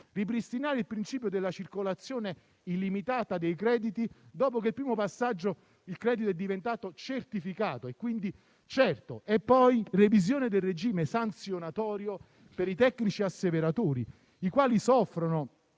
ripristinare il principio della circolazione illimitata dei crediti, poiché, dopo il primo passaggio, sono diventati certificati e quindi certi. Vi è poi la questione della revisione del regime sanzionatorio per i tecnici asseveratori, i quali soffrono.